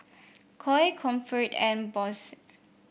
Koi Comfort and Bose